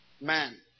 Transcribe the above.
Man